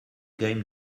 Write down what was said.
game